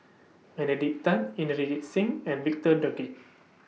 Benedict Tan Inderjit Singh and Victor Doggett